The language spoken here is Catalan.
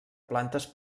plantes